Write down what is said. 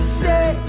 say